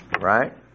right